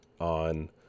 on